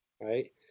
right